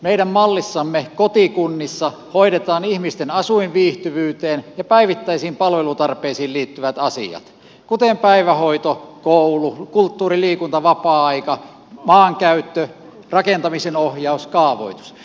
meidän mallissamme kotikunnissa hoidetaan ihmisten asuinviihtyvyyteen ja päivittäisiin palvelutarpeisiin liittyvät asiat kuten päivähoito koulu kulttuuri liikunta vapaa aika maankäyttö rakentamisen ohjaus kaavoitus